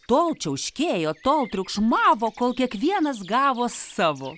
tol čiauškėjo tol triukšmavo kol kiekvienas gavo savo